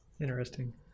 Interesting